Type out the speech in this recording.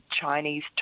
chinese